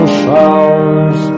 showers